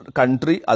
country